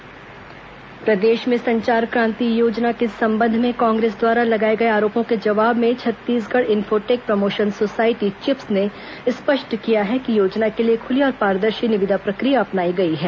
संचार क्रांति योजना चिप्स प्रदेश में संचार क्रांति योजना के संबंध में कांग्रेस द्वारा लगाए गए आरोपों के जवाब में Chhattisgarh infotech promotion society CHiPS ने स्पष्ट किया है कि योजना के लिए खुली और पारदर्शी निविदा प्रक्रिया अपनाई गई है